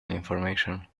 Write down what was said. information